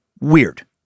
weird